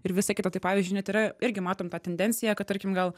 ir visa kita tai pavyzdžiui net yra irgi matom tą tendenciją kad tarkim gal